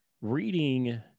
reading